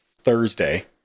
Thursday